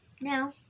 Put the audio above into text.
now